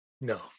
No